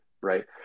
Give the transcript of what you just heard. right